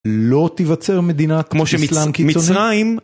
לא תיווצר מדינה כמו של איסלם קיצוני